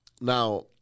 Now